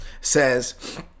says